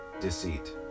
deceit